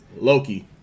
Loki